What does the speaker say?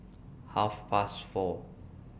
Half Past four